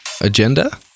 agenda